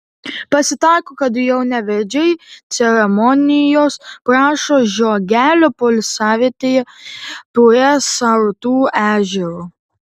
pasitaiko kad jaunavedžiai ceremonijos prašo žiogelio poilsiavietėje prie sartų ežero